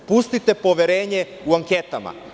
Pustite poverenje u anketama.